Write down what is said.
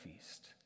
feast